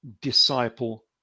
disciple